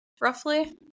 Roughly